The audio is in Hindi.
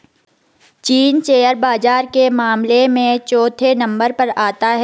चीन शेयर बाजार के मामले में चौथे नम्बर पर आता है